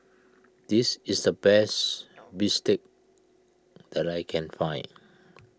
this is the best Bistake that I can find